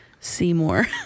Seymour